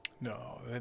No